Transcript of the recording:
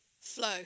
flow